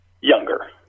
younger